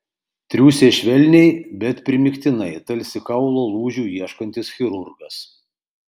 triūsė švelniai bet primygtinai tarsi kaulo lūžių ieškantis chirurgas